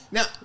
Now